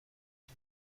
die